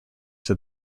that